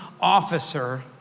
officer